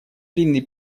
длинный